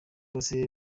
bose